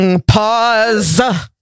pause